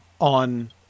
on